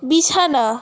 বিছানা